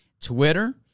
Twitter